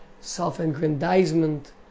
self-aggrandizement